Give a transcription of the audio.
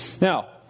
Now